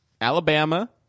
Alabama